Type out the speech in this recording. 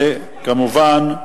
וכמובן,